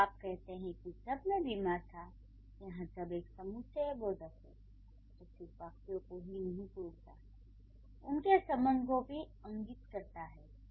जब आप कहते हैं कि 'जब' मैं बीमार था यहाँ जब एक समुच्चयबोधक है जो सिर्फ वाक्यों को ही नहीं जोड़ता उनके संबंध को भी इंगित करता है